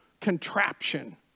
contraption